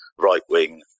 right-wing